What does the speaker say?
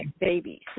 babies